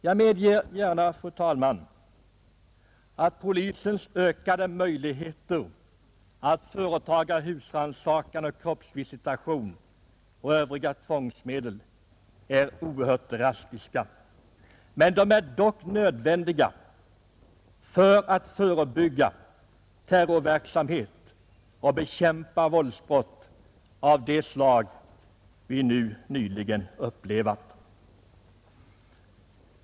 Jag medger gärna, fru talman, att polisens ökade möjligheter att företaga husrannsakan och kroppsvisitation och att använda andra tvångsmedel är oerhört drastiska. De är dock nödvändiga för att förebygga terrorverksamhet och bekämpa våldsbrott av det slag som vi nyligen upplevat.